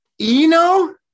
Eno